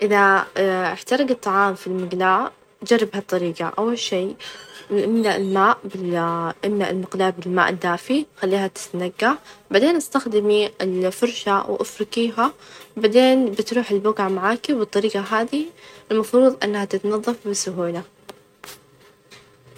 إذا إحترق الطعام في المقلاة جرب هالطريقة أول شي -املأ الماء بال - املأ المقلاة بالماء الدافي خليها تتنقع ،بعدين استخدمي الفرشة وافركيها بعدين بتروح البقعة معاكي، وبالطريقة هذي المفروظ انها تتنظف بسهولة.